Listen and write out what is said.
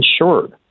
insured